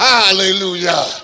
hallelujah